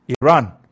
Iran